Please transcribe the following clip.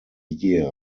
year